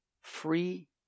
free